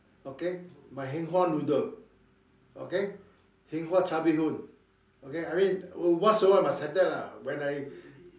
okay my heng hua noodle okay heng hua char-bee-hoon okay I mean once in awhile must have that lah when I